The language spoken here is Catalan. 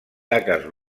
taques